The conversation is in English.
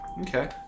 Okay